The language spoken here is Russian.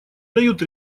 дают